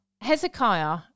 Hezekiah